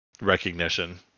recognition